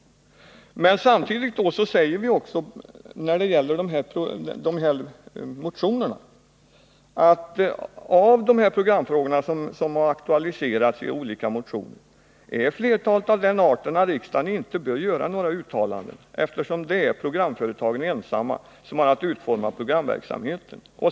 Men samtidigt säger vi när det gäller motionerna att av de programfrågor som har aktualiserats i olika motioner är flertalet av den arten att riksdagen inte bör göra några uttalanden, eftersom det är programföretagen ensamma som har att utforma programverksamheten.